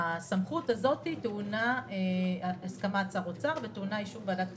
הסמכות הזאת טעונה הסכמת שר אוצר ואישור ועדת הכספים.